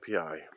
API